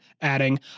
adding